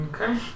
Okay